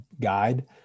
guide